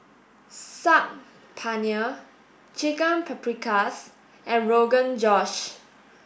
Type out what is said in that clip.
Saag Paneer Chicken Paprikas and Rogan Josh